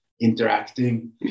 interacting